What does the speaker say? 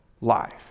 life